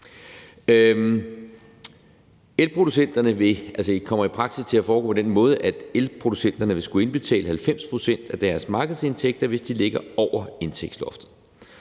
elproducenterne vil skulle indbetale 90 pct. af deres markedsindtægter, hvis de ligger over indtægtsloftet,